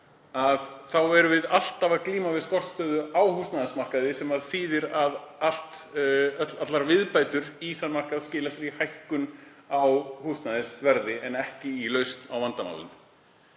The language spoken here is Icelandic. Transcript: erum við alltaf að glíma við skortstöðu á húsnæðismarkaði sem þýðir að allar viðbætur í þann markað skila sér í hækkun á húsnæðisverði en ekki í lausn á vandamálinu.